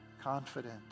confident